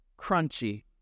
crunchy